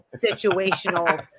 situational